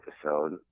episode